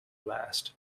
last